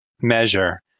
measure